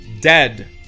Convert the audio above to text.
dead